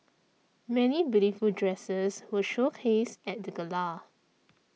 many beautiful dresses were showcased at the gala